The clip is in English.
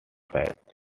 faith